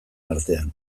artean